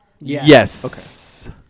yes